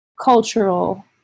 cultural